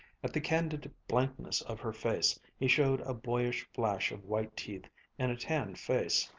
at the candid blankness of her face he showed a boyish flash of white teeth in a tanned face.